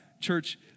Church